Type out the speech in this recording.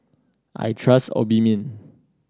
I trust Obimin